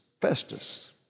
Festus